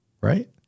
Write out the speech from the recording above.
right